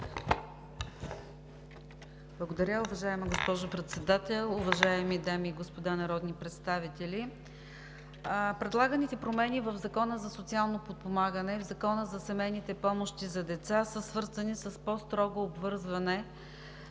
Благодаря, уважаема госпожо Председател. Уважаеми дами и господа народни представители! Предлаганите промени в Закона за социално подпомагане и в Закона за семейните помощи за деца са свързани с по-строго обвързване на